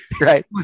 Right